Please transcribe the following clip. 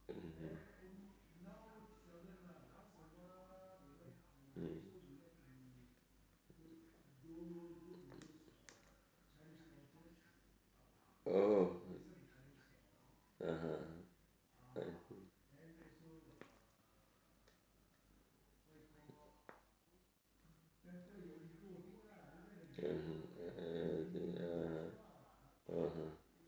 mmhmm K oh (uh huh) I see (uh huh) (uh huh) (uh huh)